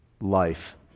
life